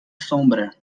sombra